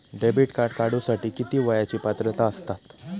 Debit card काढूसाठी किती वयाची पात्रता असतात?